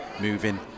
moving